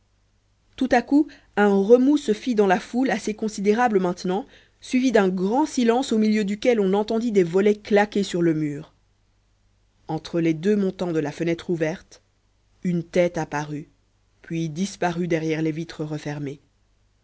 tout à coup un remous se fit dans la foule assez considérable maintenant suivi d'un grand silence au milieu duquel on entendit des volets claquer sur le mur entre les deux montants de la fenêtre ouverte une tête apparut puis disparut derrière les vitres refermées